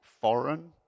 foreign